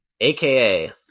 aka